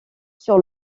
sur